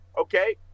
okay